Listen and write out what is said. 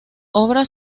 obras